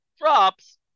drops